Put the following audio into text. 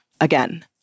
Again